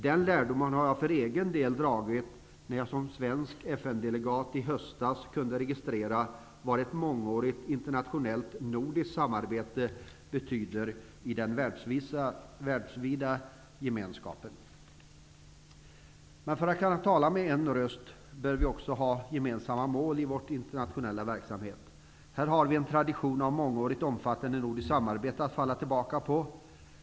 Den lärdomen har jag för egen del dragit, när jag som svensk FN delegat i höstas kunde registrera vad ett mångårigt internationellt nordiskt samarbete betyder i den världsvida gemenskapen. Men för att kunna tala med en röst bör vi också ha gemensamma mål i vår internationella verksamhet. Här har vi en tradition av mångårigt och omfattande nordiskt samarbete att falla tillbaka på.